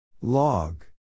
Log